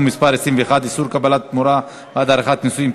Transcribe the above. מס' 21) (איסור קבלת תמורה בעד עריכת נישואין),